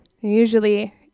Usually